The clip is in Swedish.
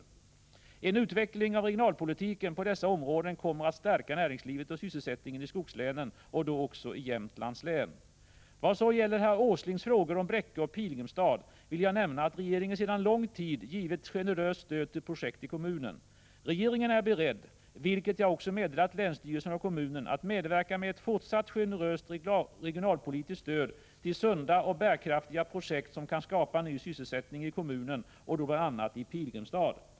En utveckling av regionalpolitiken på dessa områden kommer att stärka näringslivet och sysselsättningen i skogslänen och då också i Jämtlands län. Vad så gäller Nils G. Åslings frågor om Bräcke och Pilgrimstad vill jag nämna att regeringen sedan lång tid givit generöst stöd till projekt i kommunen. Regeringen är beredd — vilket jag också meddelat länsstyrelsen och kommunen — att medverka med ett fortsatt generöst regionalpolitiskt stöd till sunda och bärkraftiga projekt som kan skapa ny sysselsättning i kommunen och då bl.a. i Pilgrimstad.